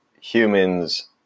humans